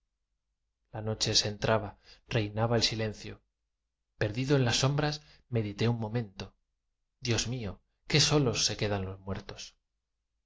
la noche se entraba reinaba el silencio perdido en las sombras medité un momento dios mío qué solos se quedan los muertos